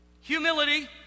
humility